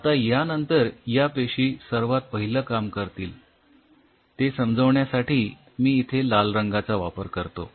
आता यानंतर या पेशी सर्वात पाहिलं काम करतील ते समजावण्यासाठी मी इथे लाल रंगाचा वापर करतो